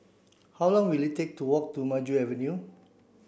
how long will it take to walk to Maju Avenue